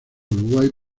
uruguay